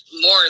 more